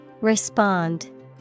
Respond